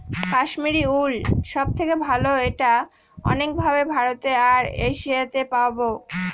Kashmiri wool সব থেকে ভালো এটা অনেক ভাবে ভারতে আর এশিয়াতে পাবো